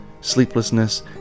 sleeplessness